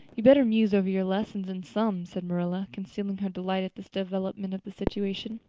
you'd better muse over your lessons and sums, said marilla, concealing her delight at this development of the situation.